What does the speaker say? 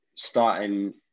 starting